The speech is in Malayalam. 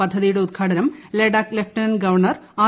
പദ്ധതിയുടെ ഉദ്ഘാടനം ലഡാക് ലെഫ്റ്റനന്റ് ഗവർണ്യർ ആർ